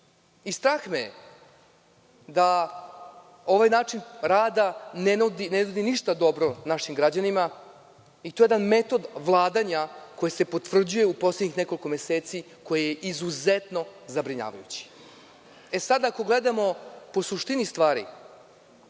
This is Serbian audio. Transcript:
me je da ovaj način rada ne nudi ništa dobro našim građanima i to je jedan metod vladanja koji se potvrđuje u poslednjih nekoliko meseci, koji je izuzetno zabrinjavajući. Ako gledamo po suštini stvari,